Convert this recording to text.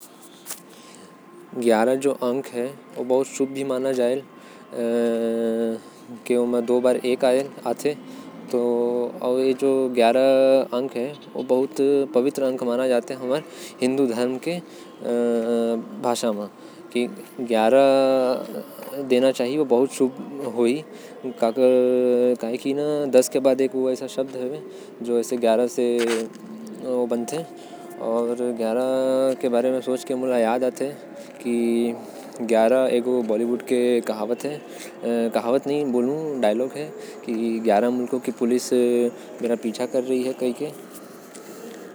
ग्यारह संख्या ला बहुते बढ़िया अउ। किस्मत के संख्या मानथे मोके। तो यही याद आथ ह अभी। ग्यारह से एक्को कहावतो हवे की मोके। ग्यारह मुल्खों के पोलिसयो नही पकड़ पाइस। अउ कुछ तो संख्या ग्यारह से मोके नही याद आएल।